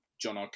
John